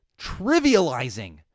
Trivializing